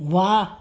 ವಾ